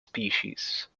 species